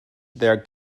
their